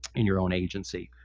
in your own agency.